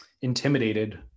intimidated